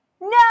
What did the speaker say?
No